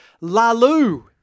Lalu